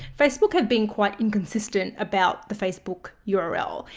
facebook have been quite inconsistent about the facebook yeah url.